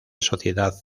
sociedad